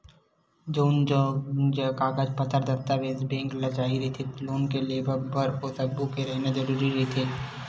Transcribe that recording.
जउन जउन कागज पतर दस्ताबेज बेंक ल चाही रहिथे लोन के लेवब बर ओ सब्बो के रहिना जरुरी रहिथे